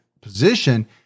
position